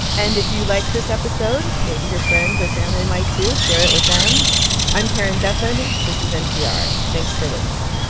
and if you liked this episode, maybe your friends or family might, too. share it with them i'm karen duffin. this is npr. thanks for listening